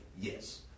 Yes